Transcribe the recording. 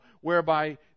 whereby